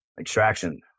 extraction